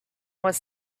was